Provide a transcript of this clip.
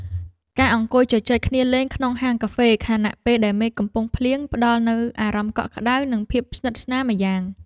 ការអង្គុយជជែកគ្នាលេងក្នុងហាងកាហ្វេខណៈពេលដែលមេឃកំពុងភ្លៀងផ្តល់នូវអារម្មណ៍កក់ក្តៅ និងភាពស្និទ្ធស្នាលម្យ៉ាង។